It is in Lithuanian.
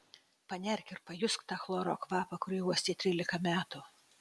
panerk ir pajusk tą chloro kvapą kurį uostei trylika metų